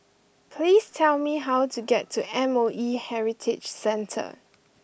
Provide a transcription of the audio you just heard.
please tell me how to get to M O E Heritage Centre